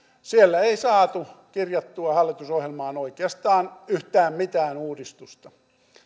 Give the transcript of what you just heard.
siellä ei saatu kirjattua hallitusohjelmaan oikeastaan yhtään mitään uudistusta